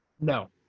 No